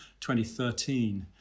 2013